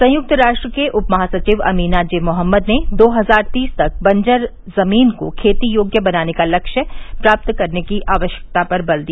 संयुक्त राष्ट्र के उप महासचिव अमीना जे मोहम्मद ने दो हजार तीस तक बंजर जमीन को खेती योग्य बनाने का लक्ष्य प्राप्त करने की आवश्यकता पर बल दिया